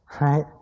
right